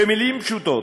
במילים פשוטות,